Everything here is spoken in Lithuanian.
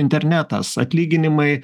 internetas atlyginimai